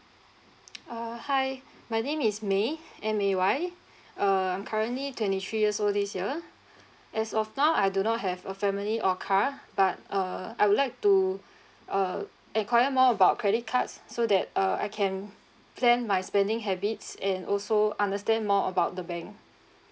uh hi my name is may M A Y uh currently twenty three years old this year as of now I do not have a family or car but uh I would like to uh enquire more about credit cards so that uh I can plan my spending habits and also understand more about the bank